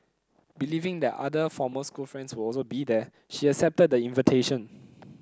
believing that other former school friends would also be there she accepted the invitation